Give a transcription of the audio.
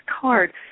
card